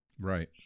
Right